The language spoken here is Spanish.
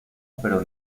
pero